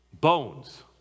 Bones